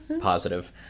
Positive